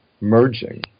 merging